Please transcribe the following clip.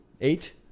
eight